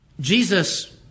Jesus